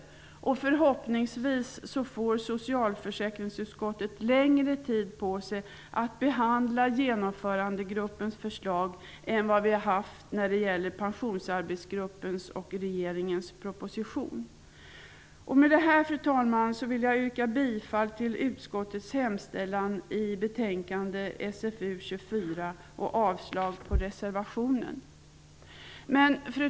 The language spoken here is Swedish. Förhoppningsvis får socialförsäkringsutskottet längre tid på sig att behandla Genomförandegruppens förslag än vad vi har haft när det gäller Pensionsarbetsgruppens utredning och regeringens förslag. Fru talman! Med det anförda vill jag yrka bifall till utskottets hemställan i betänkande SfU 24 och avslag på reservationen. Fru talman!